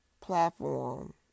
platform